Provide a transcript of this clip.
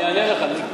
אני אענה לך, מיקי.